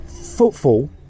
footfall